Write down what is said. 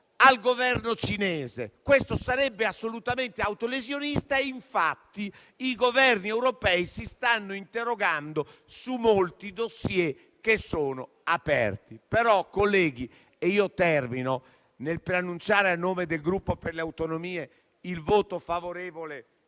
al governo cinese: questo sarebbe assolutamente autolesionista e infatti i governi europei si stanno interrogando su molti *dossier* che sono aperti. Però, colleghi, nel preannunciare a nome del Gruppo per le Autonomie il voto favorevole